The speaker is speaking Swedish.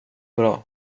bra